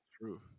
True